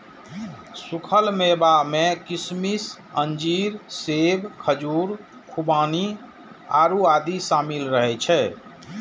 सूखल मेवा मे किशमिश, अंजीर, सेब, खजूर, खुबानी, आड़ू आदि शामिल रहै छै